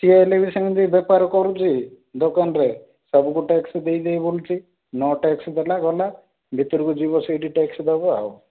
କିଏ ହେଲେ ବି ସେମିତି ବେପାର କରୁଛି ଦୋକାନରେ ସବୁ ତ ଟ୍ୟାକ୍ସ ଦେଇ ଦେଇ ବୁଲୁଛି ନ ଟ୍ୟାକ୍ସ ଦେଲା ଗଲା ଭିତରକୁ ଯିବ ସେଇଠି ଟ୍ୟାକ୍ସ ଦେବ ଆଉ